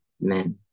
men